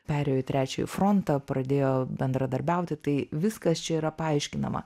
perėjo į trečiąjį frontą pradėjo bendradarbiauti tai viskas čia yra paaiškinama